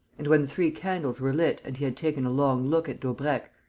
and, when the three candles were lit and he had taken a long look at daubrecq,